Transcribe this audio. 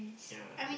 yeah